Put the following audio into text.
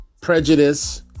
prejudice